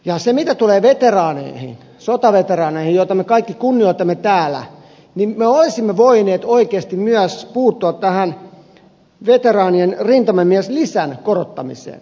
ja se mitä tulee sotaveteraaneihin joita me kaikki kunnioitamme täällä niin me olisimme voineet oikeasti puuttua myös tähän veteraanien rintamamieslisän korottamiseen